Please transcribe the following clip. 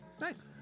Nice